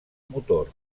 motor